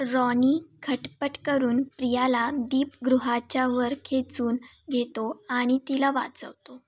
Ronnie खटपट करून प्रियाला दीपगृहाच्या वर खेचून घेतो आणि तिला वाचवतो